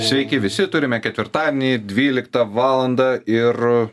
sveiki visi turime ketvirtadienį dvyliktą valandą ir